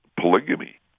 polygamy